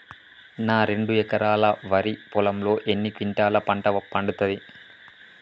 నా రెండు ఎకరాల వరి పొలంలో ఎన్ని క్వింటాలా పంట పండుతది?